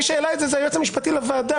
מי שהעלה את זה הוא היועץ המשפטי לוועדה.